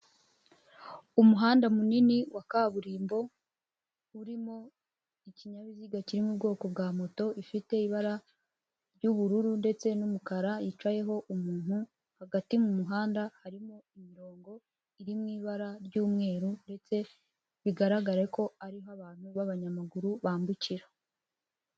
Umuhanda munini wa kaburimbo, urimo ikinyabiziga kiri mu bwoko bwa moto ifite ibara ry'ubururu ndetse n'umukara yicayeho umuntu. Hagati mu muhanda harimo imirongo iri mu ibara ry'umweru ndetse bigaragare ko ariho abantu b'abanyamaguru bambukira.